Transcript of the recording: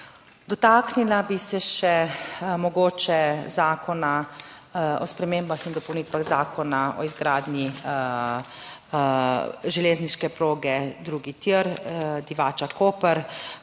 Dotaknila bi se še mogoče Zakona o spremembah in dopolnitvah Zakona o izgradnji železniške proge drugi tir Divača-Koper.